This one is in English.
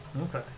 Okay